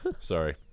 Sorry